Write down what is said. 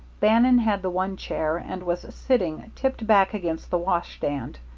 bannon had the one chair, and was sitting tipped back against the washstand.